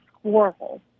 squirrel